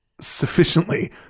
sufficiently